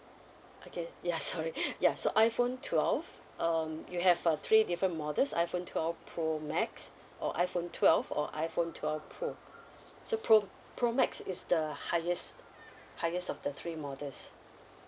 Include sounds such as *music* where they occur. okay ya sorry *laughs* ya so iphone twelve um do you have uh three different models iphone twelve pro max or iphone twelve or iphone twelve pro so pro pro max is the highest highest of the three models